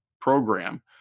program